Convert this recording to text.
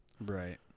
right